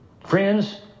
Friends